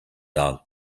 dar